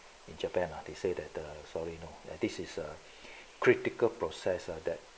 in japan ah they say that the sorry you know this is a critical process ah that